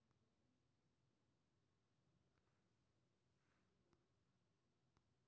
hire purchase मे खरीदार कें मूल्य चुकाबै लेल अधिक समय भेटै छै